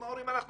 עם ההורים אנחנו